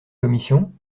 commission